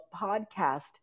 podcast